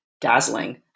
dazzling